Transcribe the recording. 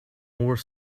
more